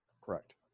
Correct